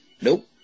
Nope